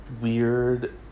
weird